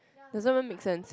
doesn't even make sense